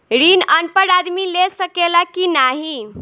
ऋण अनपढ़ आदमी ले सके ला की नाहीं?